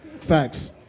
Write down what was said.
Facts